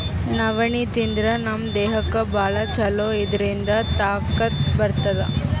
ನವಣಿ ತಿಂದ್ರ್ ನಮ್ ದೇಹಕ್ಕ್ ಭಾಳ್ ಛಲೋ ಇದ್ರಿಂದ್ ತಾಕತ್ ಬರ್ತದ್